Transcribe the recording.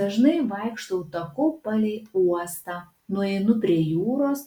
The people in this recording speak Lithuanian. dažnai vaikštau taku palei uostą nueinu prie jūros